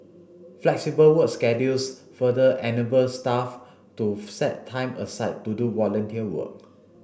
flexible work schedules further enable staff to set time aside to do volunteer work